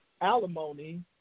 alimony